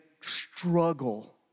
struggle